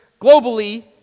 globally